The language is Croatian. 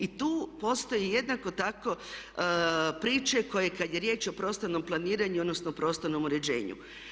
I tu postoje jednako tako priče koje kada je riječ o prostornom planiranju, odnosno prostornom uređenju.